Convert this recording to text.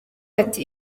ati